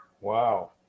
Wow